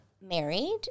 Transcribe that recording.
married